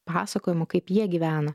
pasakojimų kaip jie gyvena